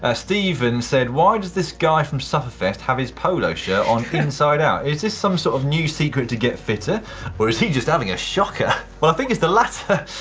ah stephen said, why does this guy from sufferfest have his polo shirt on inside out? is this some sort of new secret to get fitter or is he just having a shocker? well i think it's the latter.